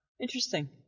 Interesting